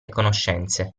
conoscenze